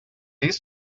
this